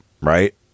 right